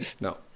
No